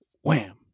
wham